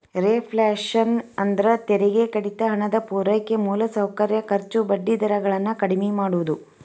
reflation ಅಂದ್ರ ತೆರಿಗೆ ಕಡಿತ ಹಣದ ಪೂರೈಕೆ ಮೂಲಸೌಕರ್ಯ ಖರ್ಚು ಬಡ್ಡಿ ದರ ಗಳನ್ನ ಕಡ್ಮಿ ಮಾಡುದು